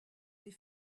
les